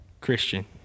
Christian